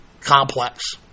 complex